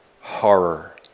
horror